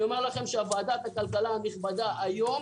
אני אומר לכם שוועדת הכלכלה הנכבדה היום